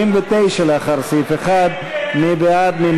(29) לאחר סעיף 1. מי בעד?